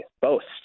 boast